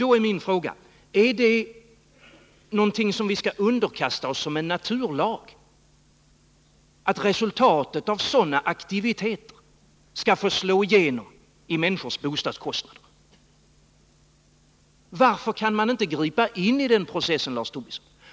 Då är min fråga: Är det någonting som vi skall underkasta oss som en naturlag, att resultaten av sådana aktiviteter slår igenom i människors bostadskostnader? Varför kan vi inte gripa in i den processen, Lars Tobisson?